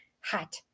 hot